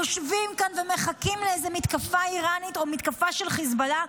יושבים כאן ומחכים לאיזו מתקפה איראנית או מתקפה של חיזבאללה,